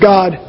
God